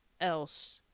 else